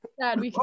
dad